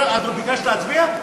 את ביקשת להצביע?